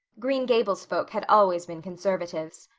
green gables folk had always been conservatives.